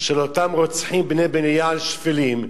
של אותם רוצחים בני-בליעל שפלים,